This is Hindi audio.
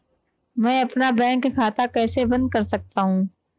मैं अपना बैंक खाता कैसे बंद कर सकता हूँ?